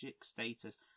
status